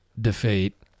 defeat